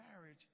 marriage